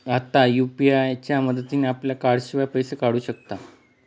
आता यु.पी.आय च्या मदतीने आपल्या कार्डाशिवाय पैसे काढू शकतो